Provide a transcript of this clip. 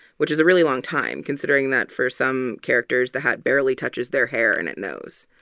which is a really long time considering that for some characters the hat barely touches their hair, and it knows.